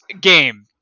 game